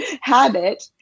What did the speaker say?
habit